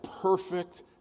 perfect